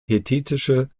hethitische